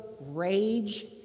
rage